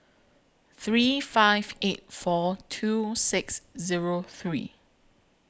three five eight four two six Zero three